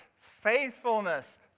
Faithfulness